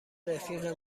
رفیق